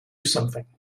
something